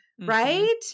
right